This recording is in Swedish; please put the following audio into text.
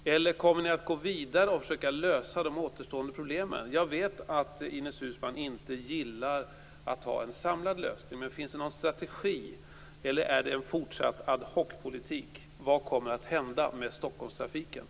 Eller kommer ni att gå vidare och försöka att lösa de återstående problemen? Jag vet att Ines Uusmann inte gillar att ha en samlad lösning, men finns det någon strategi eller kommer det att bli en fortsatt ad hoc-politik? Vad kommer att hända med